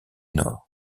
nord